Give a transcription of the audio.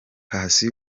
paccy